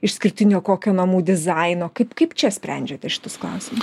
išskirtinio kokio namų dizaino kaip kaip čia sprendžiate šitus klausimus